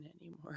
anymore